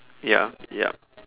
ya ya